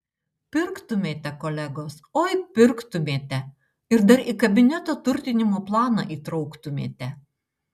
pirktumėte kolegos oi pirktumėte ir dar į kabineto turtinimo planą įtrauktumėte